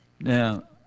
Now